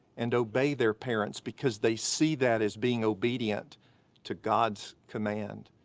and obey their parents because they see that as being obedient to god's command?